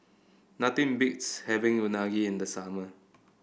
nothing beats having Unagi in the summer